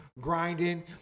grinding